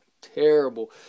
Terrible